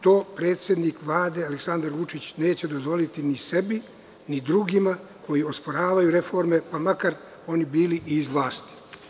To predsednik Vlade, Aleksandar Vučić, neće dozvoliti ni sebi, ni drugima koji osporavaju reforme, pa makar bili i iz vlasti.